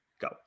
go